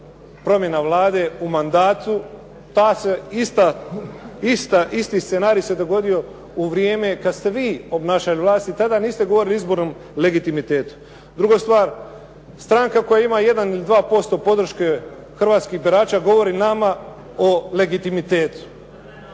promjena Vlade u mandatu, pa se isti scenarij se dogodio u vrijeme kada ste vi obnašali vlast i tada niste govorili o izbornom legitimitetu. Druga stvar, stranka koja ima 1 ili 2% podrške hrvatskih birača govori nama o legitimitetu.